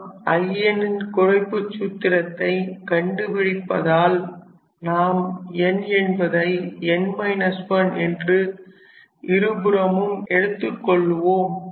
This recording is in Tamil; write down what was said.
நாம் In ன் குறைப்புச் சூத்திரத்தை கண்டுபிடிப்பதால் நாம் n என்பதை என்று இருபுறமும் எடுத்துக் கொள்ளுவோம்